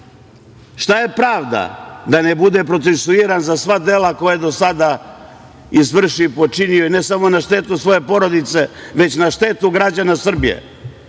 Šta je pravda, da ne bude procesuiran za sva dela koja je do sada izvršio i počinio i ne samo na štetu svoje porodice, već na štetu građana Srbije? Mi,